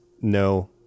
no